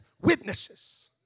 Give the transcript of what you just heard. witnesses